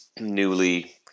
newly